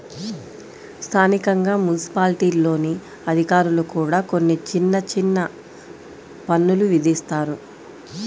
స్థానికంగా మున్సిపాలిటీల్లోని అధికారులు కూడా కొన్ని చిన్న చిన్న పన్నులు విధిస్తారు